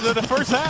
the first half!